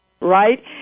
Right